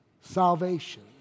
salvation